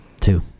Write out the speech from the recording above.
two